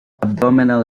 abdominal